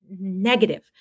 negative